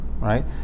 Right